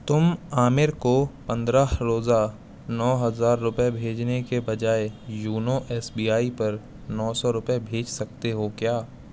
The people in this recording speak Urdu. تم عامر کو پندرہ روزہ نو ہزار روپئے بھیجنے کے بجائے یونو ایس بی آئی پر نو سو روپئے بھیج سکتے ہو کیا